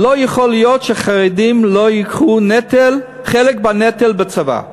לא יכול להיות שחרדים לא ייקחו חלק בנטל בצבא.